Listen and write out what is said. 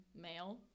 male